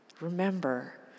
Remember